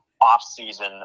off-season